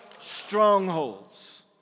strongholds